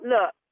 Look